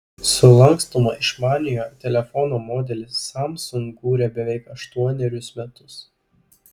sulankstomą išmaniojo telefono modelį samsung kūrė beveik aštuonerius metus